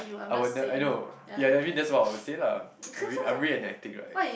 I will I know ya that means that's what I will say lah I'm re~ I'm reenacting right